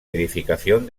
edificación